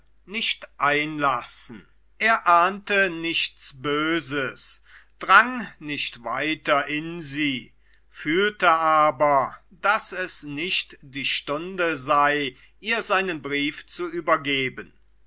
nicht einlassen er ahnte nichts böses drang nicht weiter in sie fühlte aber daß es nicht die stunde sei ihr seinen brief zu übergeben